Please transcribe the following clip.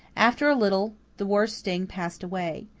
after a little the worst sting passed away.